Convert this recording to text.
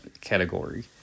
category